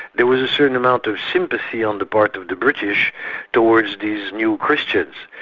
there was a certain amount of sympathy on the part of the british towards these new christians.